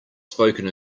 spoken